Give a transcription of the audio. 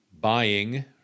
buying